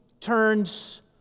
turns